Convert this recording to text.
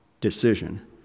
decision